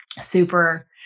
super